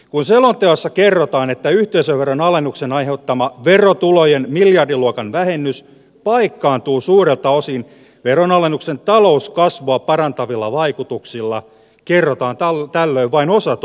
kun selonteossa kerrotaan että yhteisöveron alennuksen aiheuttama verotulojen miljardiluokan vähennys paikkaantuu suurelta osin veronalennuksen talouskasvua parantavilla vaikutuksilla kerrotaan tällöin vain osatotuus